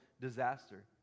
disaster